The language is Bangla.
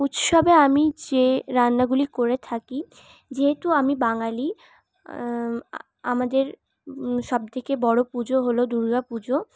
উৎসবে আমি যে রান্নাগুলি করে থাকি যেহেতু আমি বাঙালি আমাদের সব থেকে বড় পুজো হল দুর্গা পুজো